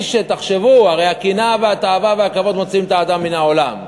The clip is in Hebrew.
הרי הקנאה והתאווה והכבוד מוציאים את האדם מן העולם.